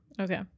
okay